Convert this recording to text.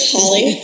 Holly